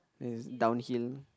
is downhill